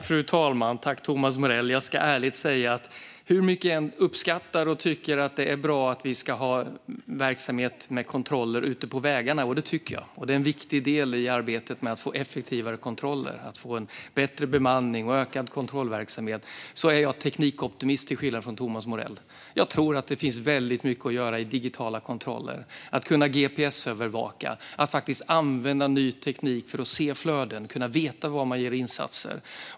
Fru talman! Jag tackar Thomas Morell för detta. Jag ska ärligt säga att hur mycket jag än uppskattar verksamhet och kontroller ute på vägarna - som är en viktig del i arbetet med att få effektivare kontroller, bättre bemanning och ökad kontrollverksamhet - är jag, till skillnad mot Thomas Morell, teknikoptimist. Jag tror att det finns väldigt mycket att göra när det gäller digitala kontroller - att kunna gps-övervaka och att faktiskt använda ny teknik för att se flöden och kunna veta var man gör insatser.